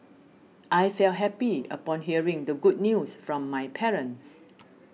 I felt happy upon hearing the good news from my parents